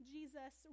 Jesus